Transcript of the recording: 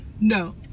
No